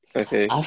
Okay